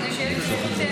כדי שתהיה לי את הזכות,